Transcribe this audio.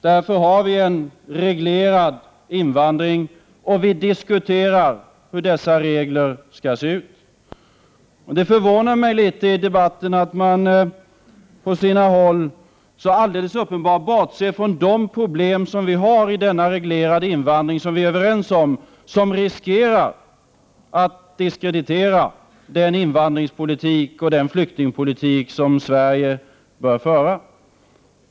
Därför har vi en reglerad invandring, och vi diskuterar hur reglerna skall se ut. Det förvånar mig litet att man i debatten på sina håll så alldeles uppenbart bortser från de problem som vi har med denna reglerade invandring som vi är överens om, vilket riskerar att diskreditera den invandringsoch flyktingpolitik som Sverige bör föra.